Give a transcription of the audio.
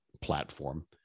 platform